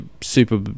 super